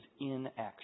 inaction